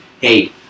hey